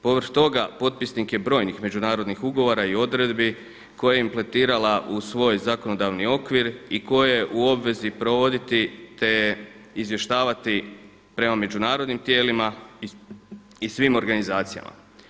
Povrh toga potpisnik je brojnih međunarodnih ugovora i odredbi koje je implementirala u svoj zakonodavni okvir i koje je u obvezi provoditi te izvještavati prema međunarodnim tijelima i svim organizacijama.